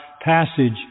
passage